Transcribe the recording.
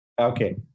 Okay